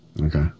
Okay